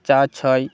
চার ছয়